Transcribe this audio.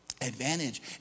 advantage